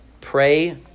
Pray